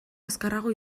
azkarrago